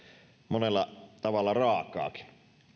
monella tavalla raakaakin